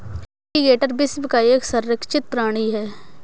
alligator विश्व का एक संरक्षित प्राणी है